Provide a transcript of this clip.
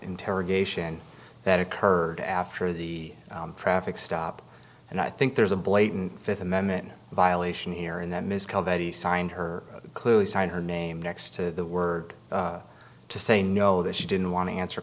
interrogation that occurred after the traffic stop and i think there's a blatant fifth amendment violation here and then this call that he signed her clearly signed her name next to the word to say no that she didn't want to answer